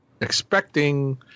expecting